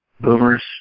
boomers